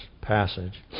passage